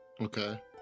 Okay